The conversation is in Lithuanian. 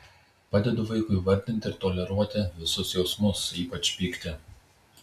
padedu vaikui įvardinti ir toleruoti visus jausmus ypač pyktį